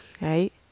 right